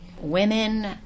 women